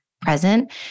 present